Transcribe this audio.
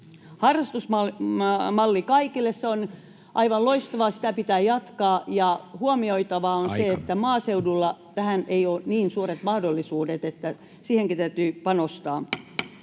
Harrastusmalli kaikille, se on aivan loistavaa. Sitä pitää jatkaa, ja huomioitavaa on se, [Puhemies: Aika!] että maaseudulla tähän ei ole niin suuret mahdollisuudet, eli siihenkin täytyy panostaa.